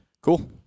cool